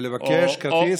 ולבקש כרטיס.